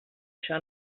això